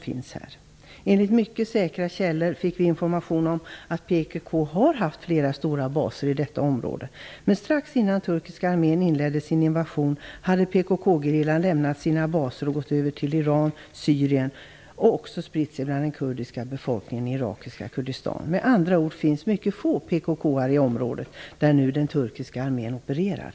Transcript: Från mycket säkra källor fick vi information om att PKK har haft flera stora baser i detta område men att PKK-gerillan strax innan den turkiska invasion inledde sin invasion hade lämnat sina baser och gått över till Iran och Syrien och även spritt sig bland den kurdiska befolkningen i irakiska Kurdistan. Det finns alltså mycket få PKK:are i det område där den turkiska armén nu opererar.